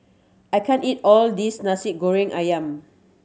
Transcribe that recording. I can't eat all this Nasi Goreng Ayam